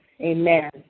Amen